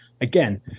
again